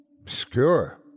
Obscure